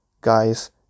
guys